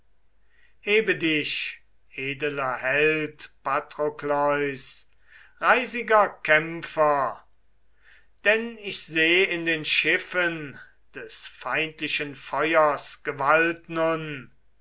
hebe dich edeler held patrokleus reisiger kämpfer denn ich seh in den schiffen des feindlichen feuers gewalt nun